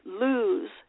lose